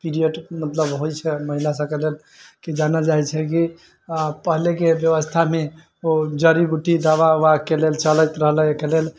period मतलब होइ छै महिला सबके तऽ की जानल जाइ छै कि आब पहिलेके बेबस्थामे ओ जड़ी बूटी दवा उवाके लेल चलैत रहलै एहिके लेल